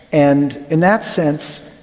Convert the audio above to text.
and in that sense,